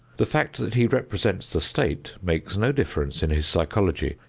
the fact that he represents the state makes no difference in his psychology.